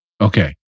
Okay